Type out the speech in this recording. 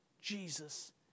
Jesus